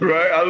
Right